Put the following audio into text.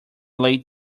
late